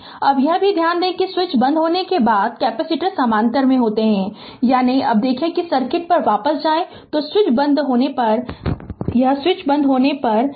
अब यह भी ध्यान दें कि स्विच बंद होने के बाद कैपेसिटर समानांतर में होते हैं यानी जब देखें कि सर्किट पर वापस जाएं तो स्विच बंद होने पर स्विच बंद होने पर कहें कि यह है